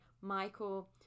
Michael